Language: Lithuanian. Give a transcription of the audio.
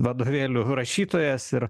vadovėlių rašytojas ir